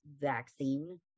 vaccine